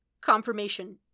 Confirmation